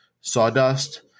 sawdust